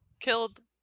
killed